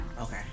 Okay